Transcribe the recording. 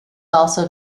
also